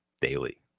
daily